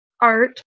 art